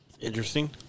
Interesting